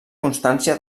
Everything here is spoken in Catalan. constància